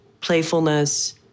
playfulness